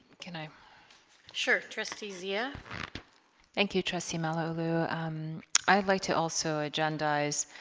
can i sure trustee zia thank you trustee mallalieu i'd like to also agendize